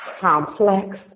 complex